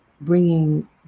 bringing